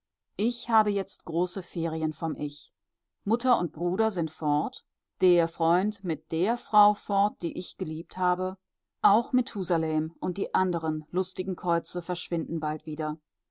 ich habe jetzt große ferien vom ich mutter und bruder sind fort der freund mit der frau fort die ich geliebt habe auch methusalem und die anderen lustigen käuze verschwinden bald wieder